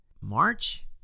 March